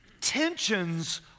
Tensions